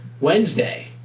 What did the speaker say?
Wednesday